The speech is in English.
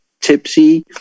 tipsy